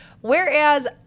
Whereas